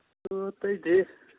ꯑꯗꯣ ꯑꯇꯩꯗꯤ